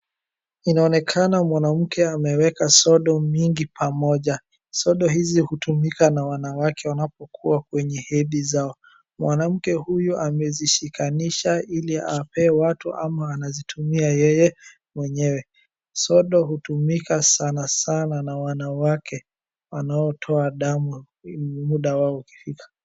Inaonekana mwanamke ameweka sodo mingi pamoja. Sodo hizi hutumika na wanawake wanapokuwa kwenye hedhi zao. Mwanamke huyu amezishikanisha ili ape watu ama anazitumia yeye mwenyewe. sodo hutumika sanasana na wanawake wanaotoa damu muda wao ukifika.